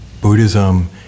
Buddhism